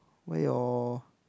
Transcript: where your